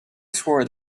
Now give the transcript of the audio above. swore